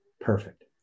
Perfect